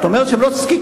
את אומרת שהם לא צריכים.